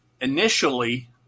initially